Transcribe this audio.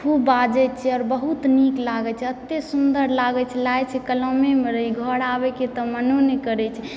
खूब बाजैत छियै आओर बहुत नीक लागैत छै एतय सुन्दर लागैत छै लागैत छै कलमेमऽ रही घर आबिके तऽ मनो नहि करैत छै